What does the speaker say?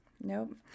Nope